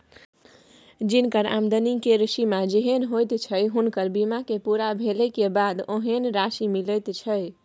जिनकर आमदनी केर सीमा जेहेन होइत छै हुनकर बीमा के पूरा भेले के बाद ओहेन राशि मिलैत छै